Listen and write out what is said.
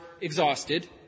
exhausted